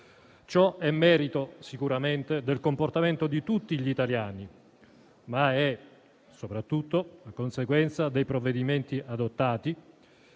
Ciò è merito sicuramente del comportamento di tutti gli italiani, ma è soprattutto la conseguenza dei provvedimenti adottati